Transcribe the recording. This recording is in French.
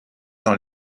dans